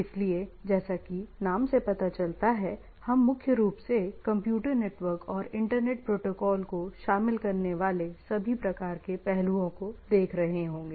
इसलिए जैसा कि नाम से पता चलता है हम मुख्य रूप से कंप्यूटर नेटवर्क और इंटरनेट प्रोटोकॉल को शामिल करने वाले सभी प्रकार के पहलुओं को देख रहे होंगे